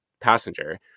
passenger